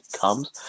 comes